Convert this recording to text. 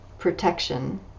protection